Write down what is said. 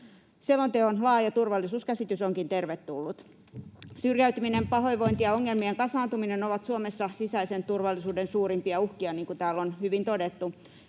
Selonteon laaja turvallisuuskäsitys onkin tervetullut. Syrjäytyminen, pahoinvointi ja ongelmien kasaantuminen ovat Suomessa sisäisen turvallisuuden suurimpia uhkia, niin kuin täällä on hyvin todettu.